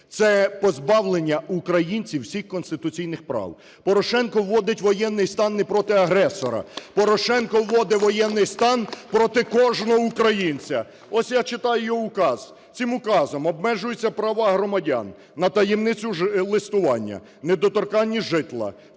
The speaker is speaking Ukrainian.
це позбавлення українців всіх конституційних прав. Порошенко вводить воєнний стан не проти агресора, Порошенко водить воєнний стан проти кожного українця. Ось я читаю його указ. Цим указом обмежуються права громадян на таємницю листування, недоторканність житла,